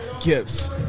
gifts